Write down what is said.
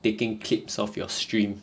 taking clips of your stream